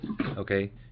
Okay